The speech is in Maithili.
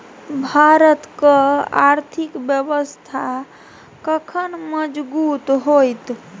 भारतक आर्थिक व्यवस्था कखन मजगूत होइत?